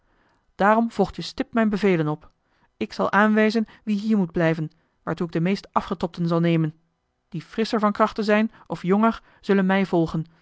daarom volg je stipt mijn bevelen op ik zal aanwijzen wie hier moeten blijven waartoe ik de meest afgetobden zal nemen die frisscher van krachten zijn of jonger zullen mij volgen